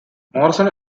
morrison